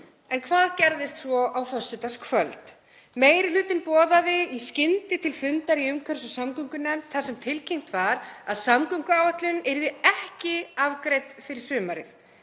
En hvað gerðist svo á föstudagskvöld? Meiri hlutinn boðaði í skyndi til fundar í umhverfis- og samgöngunefnd þar sem tilkynnt var að samgönguáætlun yrði ekki afgreidd fyrir sumarið,